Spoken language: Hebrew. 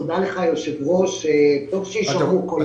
תודה לך, היושב-ראש, טוב שיישמעו קולות.